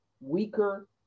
weaker